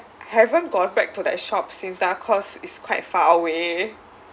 haven't gone back to that shop since lah because it's quite far away